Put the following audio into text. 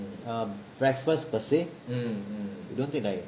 err breakfast per se we don't take like